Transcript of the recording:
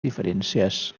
diferències